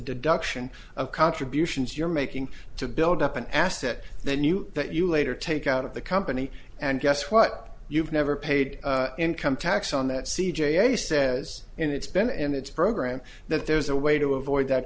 deduction of contributions you're making to build up an asset then you that you later take out of the company and guess what you've never paid income tax on that c g a says it's been and it's a program that there's a way to avoid that